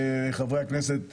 חברי הכנסת,